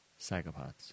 psychopaths